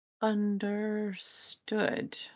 understood